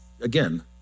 again